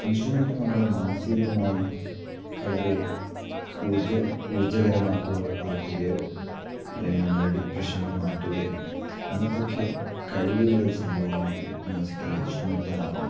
instrument നമ്മളെ മാനസീകമായി വളരെ ഊർജ്ജ ഊര്ജ്ജകരമാക്കുക ആക്കുകയോ അല്ലെങ്കിൽ നമ്മളെ ഡിപ്പ്രഷനില് നിന്ന് മാറ്റുകയോ അങ്ങനത്തെ ഒക്കെ കഴിവുള്ളൊരു സംഭവമാണ് ഈ മ്യൂസിക്കല് ഇന്സ്ട്രമെന്റ് എന്ന് പറയുന്നത്